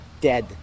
dead